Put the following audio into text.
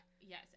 yes